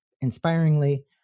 inspiringly